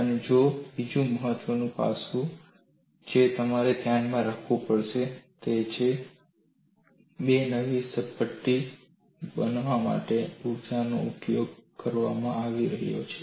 અને બીજું મહત્વનું પાસું જે તમારે ધ્યાનમાં રાખવું પડશે તે છે બે નવી સપાટી બનાવવા માટે ઊર્જાનો ઉપયોગ કરવામાં આવી રહ્યો છે